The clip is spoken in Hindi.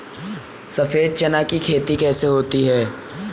सफेद चना की खेती कैसे होती है?